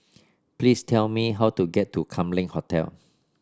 please tell me how to get to Kam Leng Hotel